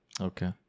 Okay